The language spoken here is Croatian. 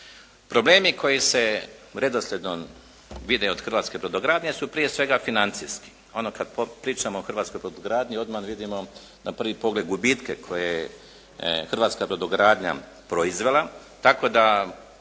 Problemi koji se redoslijedom vide od hrvatske brodogradnje su prije svega financijski, ono kad pričamo o hrvatskoj brodogradnji odmah vidimo na prvi pogled gubitke koje je hrvatska brodogradnja proizvela, tako da